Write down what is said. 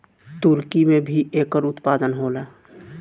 तुर्की में भी एकर उत्पादन होला